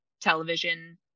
television